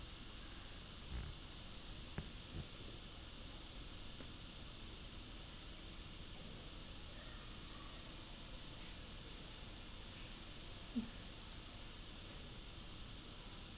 mm